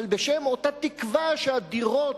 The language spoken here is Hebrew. אבל בשם אותה תקווה שהדירות,